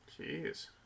Jeez